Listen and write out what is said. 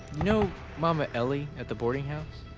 know mama ellie at the boarding house?